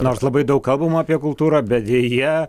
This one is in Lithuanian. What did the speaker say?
nors labai daug kalbama apie kultūrą bet deja